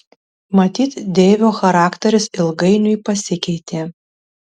matyt deivio charakteris ilgainiui pasikeitė